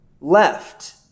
left